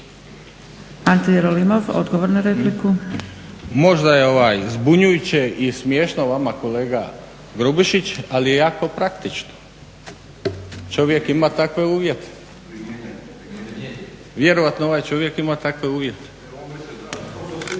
Ante Jerolimov odgovor na repliku. **Jerolimov, Ante (HDZ)** Možda je zbunjujuće i smiješno vama kolega Grubišić ali je jako praktično. Čovjek ima takve uvjete, vjerojatno ovaj čovjek ima takve uvjete.